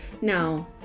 Now